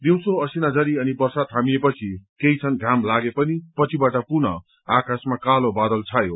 दिउँसो असिनाझारी अनि वर्षा थामिएपछि केही क्षण घाम लागेपनि पछिबाट पुनः आकाशमा कालो बादल छायो